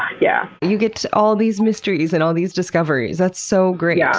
yeah you get all these mysteries and all these discoveries. that's so great. yeah